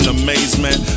amazement